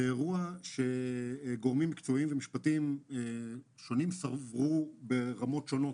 ואירוע שגורמים מקצועיים ומשפטיים שונים סברו ברמות שונות,